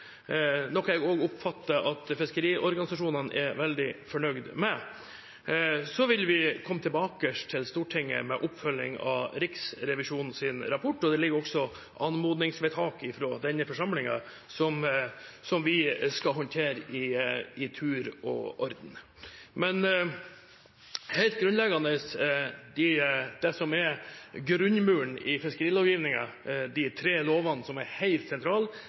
noe jeg også oppfatter at fiskeriorganisasjonene er veldig fornøyd med – vil vi komme tilbake til Stortinget med oppfølging av Riksrevisjonens rapport, og det foreligger også anmodningsvedtak fra denne forsamlingen som vi skal håndtere i tur og orden. Men helt grunnleggende: Det som er grunnmuren i fiskerilovgivningen, de tre lovene som er helt sentrale,